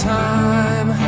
time